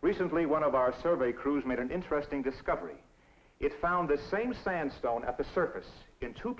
recently one of our survey crews made an interesting discovery it found the same sandstone at the surface in